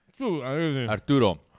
Arturo